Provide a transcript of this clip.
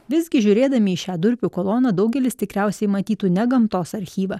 visgi žiūrėdami į šią durpių koloną daugelis tikriausiai matytų ne gamtos archyvą